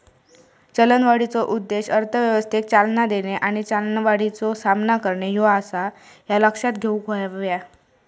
चलनवाढीचो उद्देश अर्थव्यवस्थेक चालना देणे आणि चलनवाढीचो सामना करणे ह्यो आसा, ह्या लक्षात घेऊक हव्या